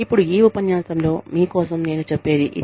ఇప్పుడు ఈ ఉపన్యాసంలో మీ కోసం నేను చెప్పేది ఇది